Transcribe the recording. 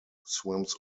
swims